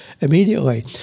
immediately